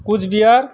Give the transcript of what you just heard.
Cooch Behar